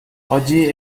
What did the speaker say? oggi